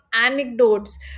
anecdotes